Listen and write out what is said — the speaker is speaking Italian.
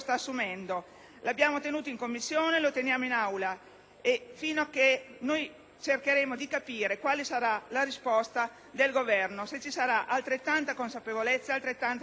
abbiamo tenuto in Commissione e lo teniamo in Aula cercando di capire quale sarà la risposta del Governo e se ci saranno altrettanta consapevolezza ed altrettanta responsabilità.